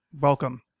welcome